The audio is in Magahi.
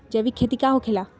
जैविक खेती का होखे ला?